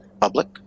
public